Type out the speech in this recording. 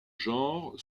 genre